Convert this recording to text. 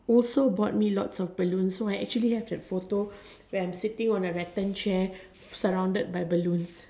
also bought me lots of balloons so I actually have the photo where I am sitting on the rattan chair surrounded by balloons